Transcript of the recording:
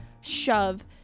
shove